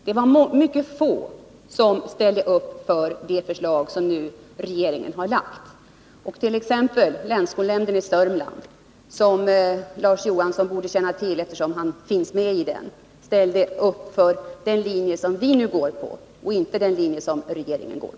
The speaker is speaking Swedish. Det var ytterst få som ställde upp för det förslag som regeringen har lagt. Länsskolnämnden i Sörmlands län t.ex., som Larz Johansson borde känna till eftersom han ingår i den, ställde upp för den linje som vi går på och inte för den linje som regeringen valt.